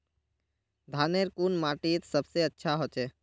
धानेर कुन माटित सबसे अच्छा होचे?